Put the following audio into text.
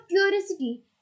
curiosity